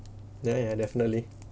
ya ya definitely